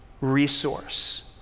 resource